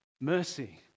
mercy